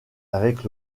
avec